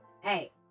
hey